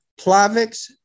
Plavix